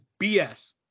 BS